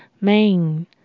Main